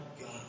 God